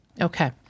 Okay